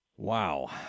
wow